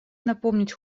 напомнить